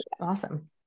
awesome